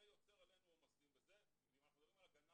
זה יוצר עלינו עומסים ואם אנחנו מדברים על הגנה